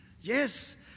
Yes